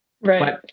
Right